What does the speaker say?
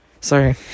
Sorry